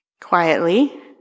quietly